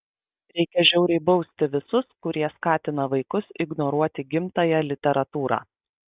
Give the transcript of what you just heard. reikia žiauriai bausti visus kurie skatina vaikus ignoruoti gimtąją literatūrą